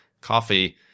coffee